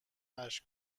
اشک